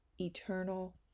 eternal